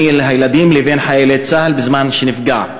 ילדים לבין חיילי צה"ל בזמן שהוא נפגע,